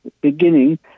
beginning